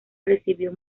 recibió